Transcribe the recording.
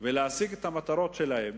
ולהשיג את המטרות שלהם